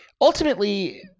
ultimately